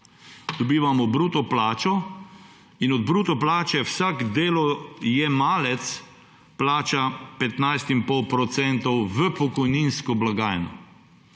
dobivamo bruto plačo in od bruto plače vsak delojemalec plača 15,5 % v pokojninsko blagajno,